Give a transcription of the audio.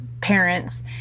parents